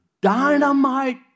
dynamite